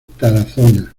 tarazona